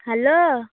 hello